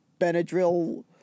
Benadryl